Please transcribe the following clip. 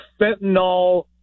fentanyl